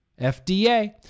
FDA